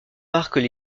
marquent